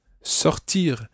sortir